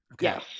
Yes